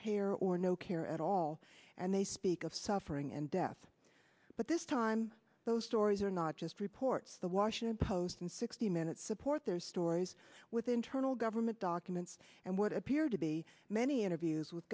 care or no care at all and they speak of suffering and death but this time those stories are not just reports the washington post and sixty minute support their stories with internal government documents and what appear to be many interviews with